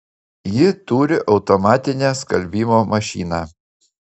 ji turi automatinę skalbimo mašiną